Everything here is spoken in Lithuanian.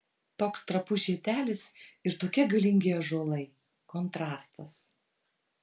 toks trapus žiedelis ir tokie galingi ąžuolai kontrastas